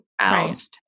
else